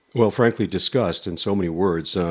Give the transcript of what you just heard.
well, frankly, disgust, in so many words.